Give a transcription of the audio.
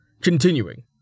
Continuing